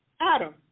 Adam